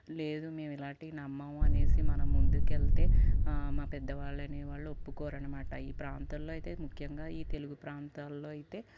లేదు మేము ఇలాంటివి నమ్మము అనేసి మనం ముందుకెళ్తే మా పెద్దవాళ్ళు అనే వాళ్ళు ఒప్పుకోరు అన్నమాట ఈ ప్రాంతంలో అయితే ముఖ్యంగా ఈ తెలుగు ప్రాంతాల్లో అయితే